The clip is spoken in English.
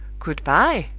good-by!